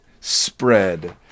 spread